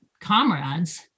comrades